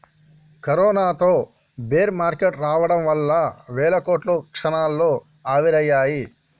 కరోనాతో bear market రావడం వల్ల వేల కోట్లు క్షణాల్లో ఆవిరయ్యాయి